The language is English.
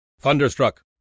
Thunderstruck